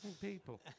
people